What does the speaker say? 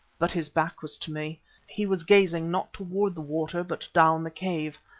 but his back was to me he was gazing not towards the water, but down the cave.